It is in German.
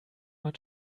man